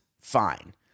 fine